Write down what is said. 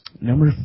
Number